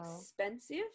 expensive